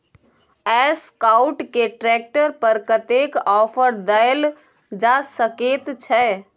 Escort के tractor पर कतेक ऑफर दैल जा सकेत छै?